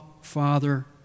father